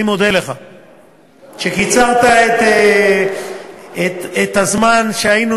אני מודה לך על כך שקיצרת את הזמן שהיינו